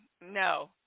No